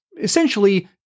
essentially